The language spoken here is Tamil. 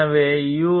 எனவே யு